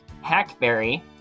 hackberry